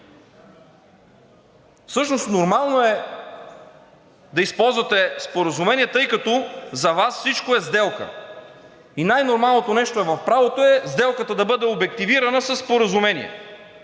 Всъщност, нормално е да използвате споразумение, тъй като за Вас всичко е сделка и най-нормалното нещо в правото е сделката да бъде обективирана със споразумение.